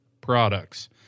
products